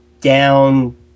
down